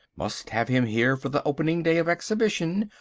must have him here for the opening day of exhibition.